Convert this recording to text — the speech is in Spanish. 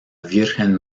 virgen